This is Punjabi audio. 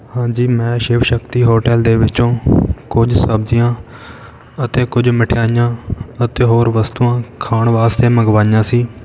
ਹਾਂਜੀ ਮੈਂ ਸ਼ਿਵ ਸ਼ਕਤੀ ਹੋਟਲ ਦੇ ਵਿੱਚੋਂ ਕੁਝ ਸਬਜ਼ੀਆਂ ਅਤੇ ਕੁਝ ਮਿਠਾਈਆਂ ਅਤੇ ਹੋਰ ਵਸਤੂਆਂ ਖਾਣ ਵਾਸਤੇ ਮੰਗਵਾਈਆਂ ਸੀ